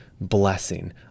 blessing